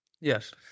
Yes